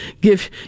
give